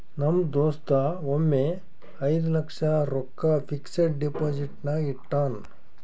ನಮ್ ದೋಸ್ತ ಒಮ್ಮೆ ಐಯ್ದ ಲಕ್ಷ ರೊಕ್ಕಾ ಫಿಕ್ಸಡ್ ಡೆಪೋಸಿಟ್ನಾಗ್ ಇಟ್ಟಾನ್